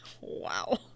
Wow